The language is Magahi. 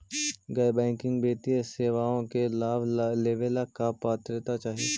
गैर बैंकिंग वित्तीय सेवाओं के लाभ लेवेला का पात्रता चाही?